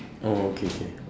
oh K K